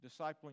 discipling